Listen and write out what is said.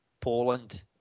Poland